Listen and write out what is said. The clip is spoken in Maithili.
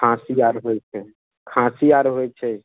खाँसी आर होयत छै खाँसी आर होयत छै